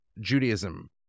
Judaism